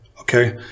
okay